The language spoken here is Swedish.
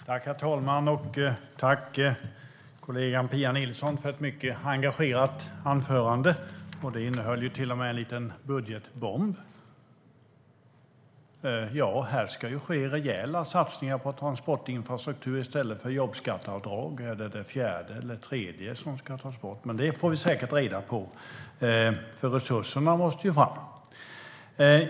Herr talman! Tack, kollegan Pia Nilsson, för ett mycket engagerat anförande! Det innehöll till och med en liten budgetbomb. Ja, här ska ju ske rejäla satsningar på transportinfrastruktur i stället för jobbskatteavdrag. Ska det fjärde eller det tredje tas bort? Det får vi säkert reda på, för resurserna måste fram.